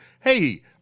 hey